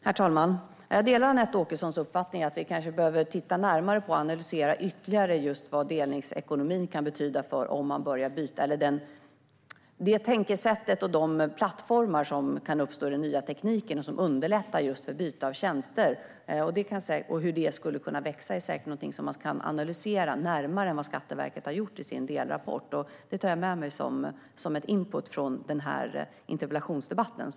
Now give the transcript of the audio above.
Herr talman! Jag delar Anette Åkessons uppfattning att vi kanske behöver titta närmare på och analysera ytterligare just vad delningsekonomi kan betyda när det gäller detta. Det tankesättet och de plattformar som kan uppstå i och med den nya tekniken, som underlättar just för utbyte av tjänster, och hur detta skulle kunna växa är säkert någonting som man kan analysera närmare än vad Skatteverket har gjort i sin delrapport. Det tar jag med mig som input från den här interpellationsdebatten.